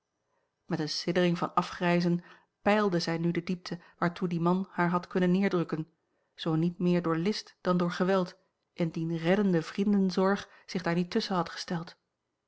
met eene siddering van afgrijzen peilde zij nu de diepte waartoe die man haar had kunnen neerrukken zoo niet meer door list dan door geweld indien reddende vriendenzorg zich daar niet tusschen had gesteld